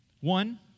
One